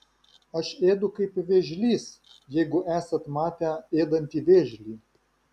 aš ėdu kaip vėžlys jeigu esat matę ėdantį vėžlį